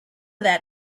that